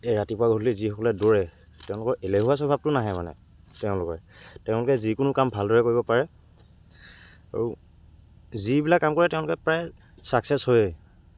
এই ৰাতিপুৱা গধূলি যিসকলে দৌৰে তেওঁলোকৰ এলেহুৱা স্বভাৱটো নাহে মানে তেওঁলোকে তেওঁলোকে যিকোনো কাম ভালদৰে কৰিব পাৰে আৰু যিবিলাক কাম কৰে তেওঁলোকে প্ৰায় ছাক্সেছ হয়ে